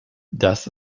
das